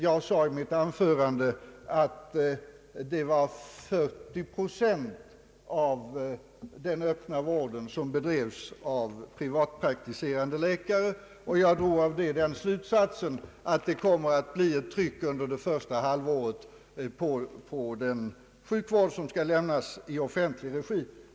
Jag sade i mitt anförande att 40 procent av den öppna vården klaras av privatpraktiserande läkare, och jag drog därav slutsatsen att det under första halvåret kommer att bli ett tryck på sjukvården i offentlig regi.